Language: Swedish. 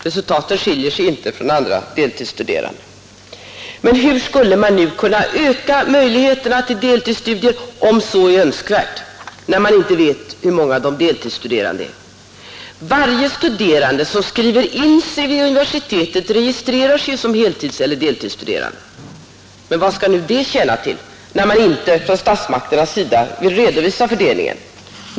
Resultaten skiljer sig inte från andra deltidsstuderandes. Hur skulle man nu kunna öka möjligheterna till deltidsstudier om så är önskvärt, när man inte vet hur många de deltidsstuderande är? Varje studerande som skriver in sig vid universitetet registrerar sig ju som heltidseller deltidsstuderande. Men vad skall detta tjäna till när man inte från statsmakterna ens vill redovisa fördelningen?